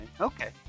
Okay